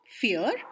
fear